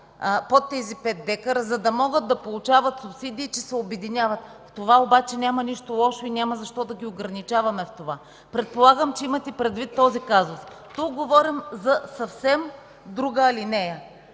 под тези 5 дка, за да могат да получават субсидии, че се обединяват. Това обаче няма нищо лошо и няма защо да ги ограничаваме. Предполагам, че имате предвид този казус. Тук говорим за съвсем друга алинея